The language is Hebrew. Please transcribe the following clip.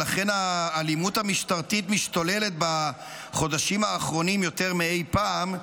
ולכן האלימות המשטרתית משתוללת בחודשים האחרונים יותר מאי פעם,